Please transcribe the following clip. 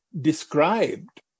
described